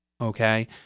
Okay